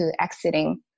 exiting